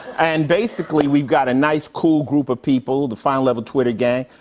and basically, we've got a nice, cool group of people, the final level twitter gang.